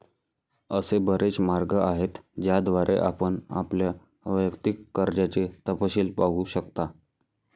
असे बरेच मार्ग आहेत ज्याद्वारे आपण आपल्या वैयक्तिक कर्जाचे तपशील पाहू शकता